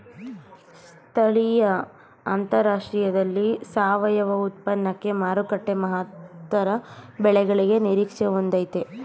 ಸ್ಥಳೀಯ ಅಂತಾರಾಷ್ಟ್ರದಲ್ಲಿ ಸಾವಯವ ಉತ್ಪನ್ನಕ್ಕೆ ಮಾರುಕಟ್ಟೆ ಮಹತ್ತರ ಬೆಳವಣಿಗೆ ನಿರೀಕ್ಷೆ ಹೊಂದಯ್ತೆ